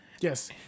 yes